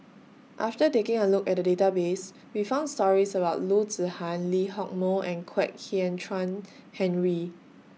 after taking A Look At The Database We found stories about Loo Zihan Lee Hock Moh and Kwek Hian Chuan Henry